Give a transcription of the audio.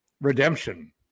Redemption